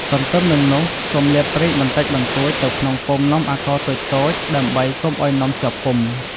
ទន្ទឹមនឹងនោះ សូមលាបប្រេងបន្តិចបន្តួចទៅក្នុងពុម្ពនំអាកោរតូចៗ ដើម្បីកុំឱ្យនំជាប់ពុម្ព។